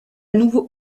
nouveau